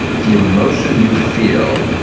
the emotion you feel